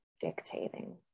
dictating